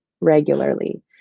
regularly